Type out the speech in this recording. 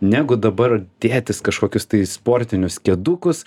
negu dabar dėtis kažkokius tai sportinius kedukus